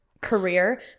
career